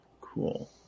cool